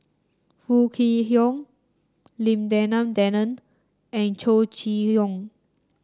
Foo Kwee Horng Lim Denan Denon and Chow Chee Yong